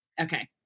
Okay